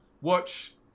watch